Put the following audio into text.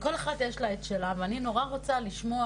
וכל אחת יש לה את שלה ואני נורא רוצה לשמוע,